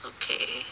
okay